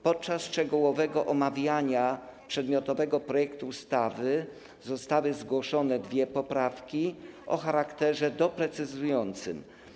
Podczas szczegółowego omawiania przedmiotowego projektu ustawy zostały zgłoszone dwie poprawki o charakterze doprecyzowującym.